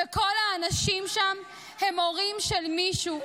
וכל האנשים שם הם הורים של מישהו,